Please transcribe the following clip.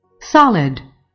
Solid